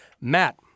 Matt